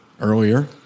earlier